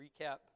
recap